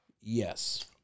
Yes